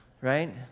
Right